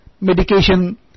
medication